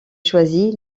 choisit